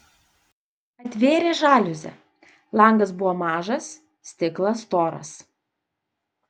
atvėrė žaliuzę langas buvo mažas stiklas storas